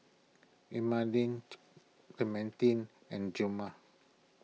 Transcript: Clementine and Gilmer